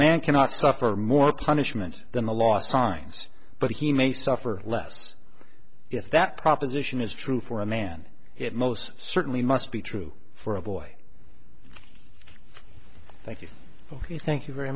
man cannot suffer more punishment than the last times but he may suffer less if that proposition is true for a man it most certainly must be true for a boy thank you thank you very